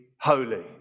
holy